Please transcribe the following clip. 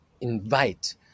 invite